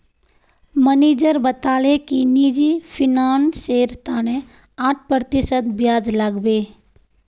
manager बताले कि निजी फिनांसेर तने आठ प्रतिशत ब्याज लागबे